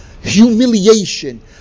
humiliation